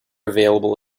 available